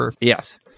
yes